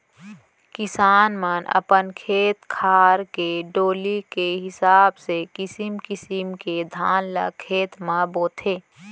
किसान मन अपन खेत खार के डोली के हिसाब ले किसिम किसिम के धान ल खेत म बोथें